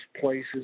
places